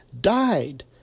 died